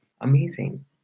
Amazing